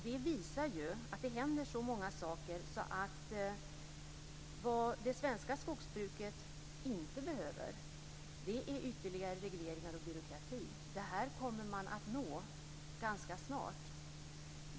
Det visar att det händer väldigt många saker. Men vad det svenska skogsbruket inte behöver är ytterligare regleringar och byråkrati. Detta kommer man att nå ganska snart.